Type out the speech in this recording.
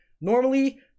Normally